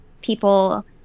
people